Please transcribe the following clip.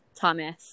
Thomas